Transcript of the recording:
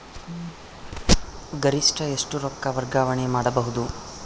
ಗರಿಷ್ಠ ಎಷ್ಟು ರೊಕ್ಕ ವರ್ಗಾವಣೆ ಮಾಡಬಹುದು?